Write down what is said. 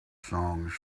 songs